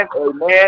Amen